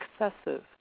excessive